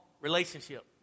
relationship